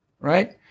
right